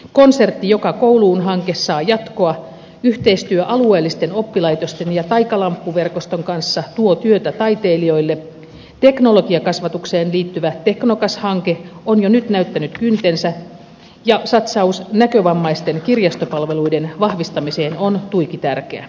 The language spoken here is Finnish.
konsertti joka kouluun hanke saa jatkoa yhteistyö alueellisten oppilaitosten ja taikalamppu verkoston kanssa tuo työtä taiteilijoille teknologiakasvatukseen liittyvä teknokas hanke on jo nyt näyttänyt kyntensä ja satsaus näkövammaisten kirjastopalveluiden vahvistamiseen on tuiki tärkeää